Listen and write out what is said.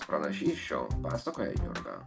pranašysčių pasakoja jurga